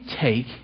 take